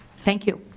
thank you.